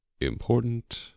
important